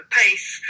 pace